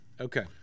Okay